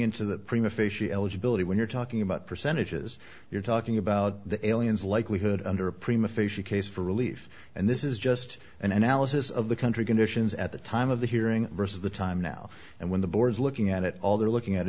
into the prima facia eligibility when you're talking about percentages you're talking about the aliens likelihood under a prima facia case for relief and this is just an analysis of the country conditions at the time of the hearing versus the time now and when the board is looking at it all they're looking at